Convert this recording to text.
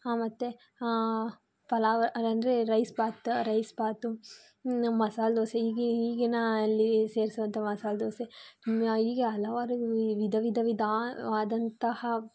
ಮತ್ತು ಪಲಾವು ಅಂದರೆ rice bath rice bath masala dosa ಹೀಗೆ ಈಗಿನ ಅಲ್ಲಿ ಸೇರಿಸೊಂಥ ಮಸಾಲೆದೋಸೆ ಹೀಗೆ ಹಲವಾರು ವಿಧ ವಿಧ ವಿಧವಾದಂತಹ